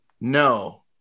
No